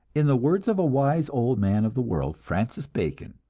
in the words of a wise old man of the world, francis bacon,